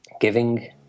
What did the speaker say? giving